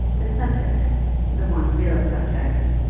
the subject the one real subject,